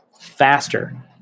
faster